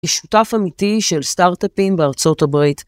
שותף אמיתי של סטארט-אפים בארצות הברית.